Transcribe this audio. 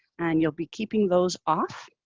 and you'll be keeping those off.